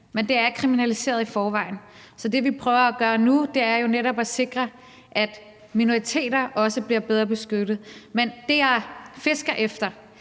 men det er kriminaliseret i forvejen. Det, vi prøver at gøre nu, er jo netop at sikre, at minoriteter også bliver bedre beskyttet. Men det, jeg fisker efter,